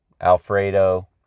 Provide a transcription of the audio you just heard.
Alfredo